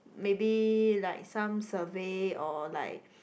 maybe like some survey or like